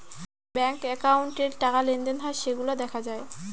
bank একাউন্টে টাকা লেনদেন হয় সেইগুলা দেখা যায়